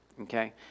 Okay